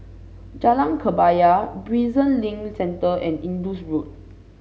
Jalan Kebaya Prison Link Centre and Indus Road